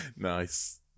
Nice